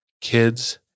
Kids